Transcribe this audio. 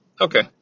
okay